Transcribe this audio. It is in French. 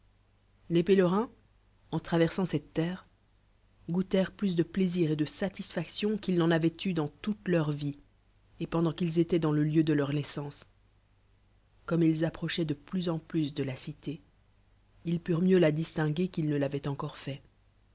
les pélerins en traversant celle terre goutèrent plus de plaisir et dé satiscaction qu'ils n'en avoieat eu dans toute leur vie et pendantqu'ils éloient dans le lieu dé leuinaissance domme ils approcboient de plus en l'tus de la cité ils purcut mieux la distinguer qu'ils ne l'avoient encore fait